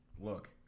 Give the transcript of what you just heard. Look